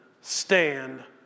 stand